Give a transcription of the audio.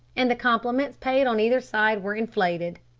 and the compliments paid on either side were inflated,